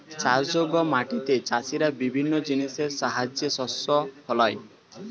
চাষযোগ্য মাটিতে চাষীরা বিভিন্ন জিনিসের সাহায্যে শস্য ফলায়